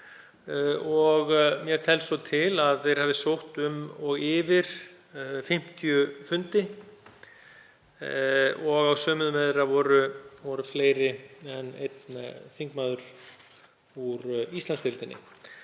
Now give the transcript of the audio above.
og mér telst svo til að þeir hafi sótt um og yfir 50 fundi og á sumum þeirra voru fleiri en einn þingmaður úr Íslandsdeildinni.